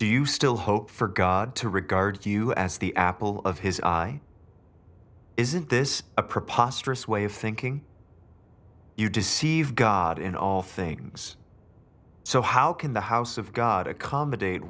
do you still hope for god to regard you as the apple of his eye isn't this a preposterous way of thinking you deceive god in all things so how can the house of god accommodate